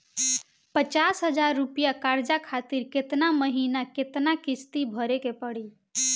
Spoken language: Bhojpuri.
पचास हज़ार रुपया कर्जा खातिर केतना महीना केतना किश्ती भरे के पड़ी?